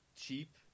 cheap